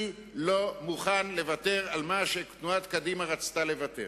אני לא מוכן לוותר על מה שתנועת קדימה רצתה לוותר.